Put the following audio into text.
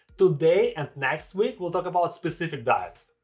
today and next week, we'll talk about specific diets.